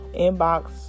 inbox